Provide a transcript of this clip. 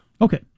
Okay